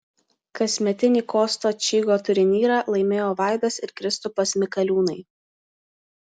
kasmetinį kosto čygo turnyrą laimėjo vaidas ir kristupas mikaliūnai